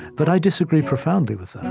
but i disagree profoundly with that.